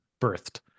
birthed